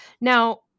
Now